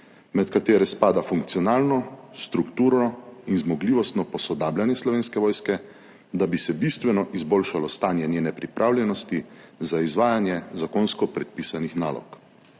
med katere spada funkcionalno, strukturno in zmogljivostno posodabljanje Slovenske vojske, da bi se bistveno izboljšalo stanje njene pripravljenosti za izvajanje zakonsko predpisanih nalog.